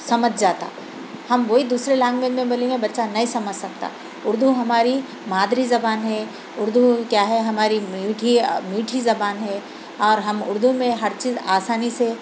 سمجھ جاتا ہم وہی دوسرے لینگویج میں بولیں گے بچہ نہیں سمجھ سکتا اُردو ہماری مادری زبان ہے اُردو کیا ہے ہماری میٹھی میٹھی زبان ہے اور ہم اُردو میں ہر چیز آسانی سے